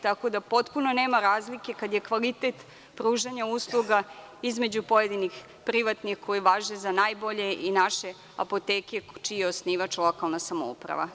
Tako da, potpuno nema razlike kada je kvalitet pružanja usluga između pojedinih privatnih koje važe za najbolje i naše apoteke, čiji je osnivač lokalna samouprava.